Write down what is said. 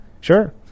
sure